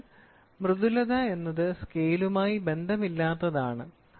അതിനാൽ മൃദുലത എന്നത് സ്കെയിലുമായി ബന്ധമില്ലാത്തതാണ്